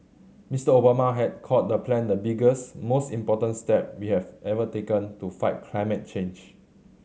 Mister Obama has called the plan the biggest most important step we've ever taken to fight climate change